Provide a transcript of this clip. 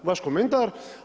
Vaš komentar.